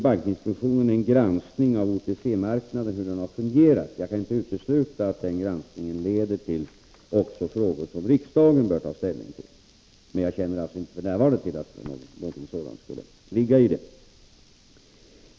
Bankinspektionen gör en granskning av hur OTC-marknaden har fungerat. Jag kan inte utesluta att också den granskningen leder till frågor som riksdagen bör ta ställning till. Men jag känner f. n. inte till att någonting sådant skulle ligga i det.